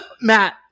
Matt